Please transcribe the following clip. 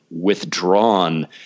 withdrawn